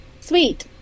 Sweet